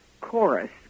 chorus